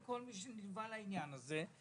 על כל מי שנלווה לעניין הזה.